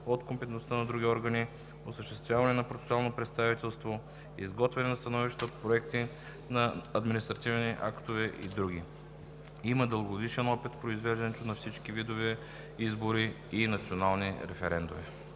от компетентността на други органи, осъществяване на процесуално представителство, изготвяне на становища по проекти на административни актове и други. Има дългогодишен опит в произвеждането на всички видове избори и национални референдуми.